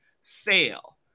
sale